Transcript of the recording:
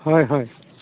হয় হয়